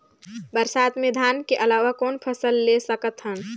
बरसात मे धान के अलावा कौन फसल ले सकत हन?